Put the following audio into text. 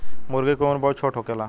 मूर्गी के उम्र बहुत छोट होखेला